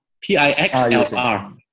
P-I-X-L-R